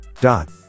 dot